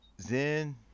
Zen